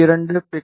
2 B